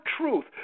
truth